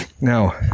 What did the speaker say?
Now